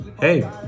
hey